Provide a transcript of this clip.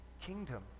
kingdom